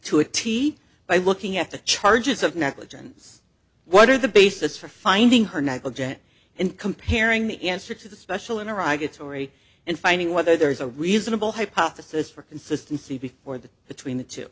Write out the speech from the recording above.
to a t by looking at the charges of negligence what are the basis for finding her negligent in comparing the answer to the special in iraq it's already in finding whether there is a reasonable hypothesis for consistency before the between the two